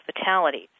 fatalities